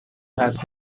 has